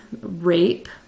Rape